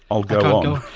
i'll go